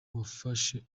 wafashe